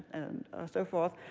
and so forth,